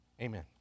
Amen